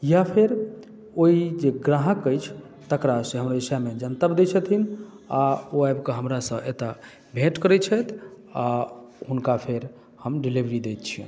या फेर ओहि जे ग्राहक अछि तकरा सॅं हमरा अहि विषयमे जानकारी देइ छथिन आ ओ आबि कऽ हमरा सँ एतय भेंट करैत छथि आ हुनका फेर हम डिलीवरी दैत छियै